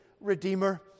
Redeemer